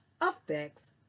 affects